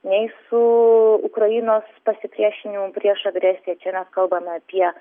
nei su ukrainos pasipriešinimu prieš agresiją čia yra kalbame apie